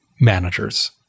managers